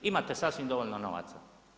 Imate sasvim dovoljno novaca.